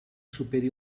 superi